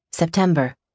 September